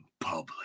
public